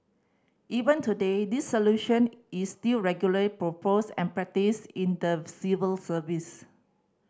even today this solution is still regularly proposed and practised in the civil service